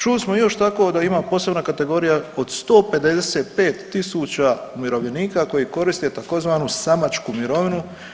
Čuli smo još tako da ima posebna kategorija od 155 tisuća umirovljenika koji koriste tzv. samačku mirovinu.